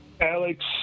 Alex